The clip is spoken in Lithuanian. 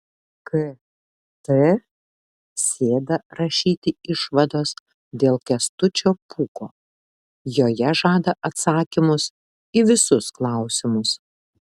kt sėda rašyti išvados dėl kęstučio pūko joje žada atsakymus į visus klausimus